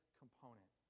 component